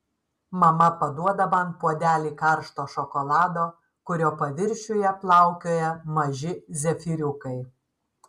mama paduoda man puodelį karšto šokolado kurio paviršiuje plaukioja maži zefyriukai